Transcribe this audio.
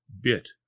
bit